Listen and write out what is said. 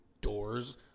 doors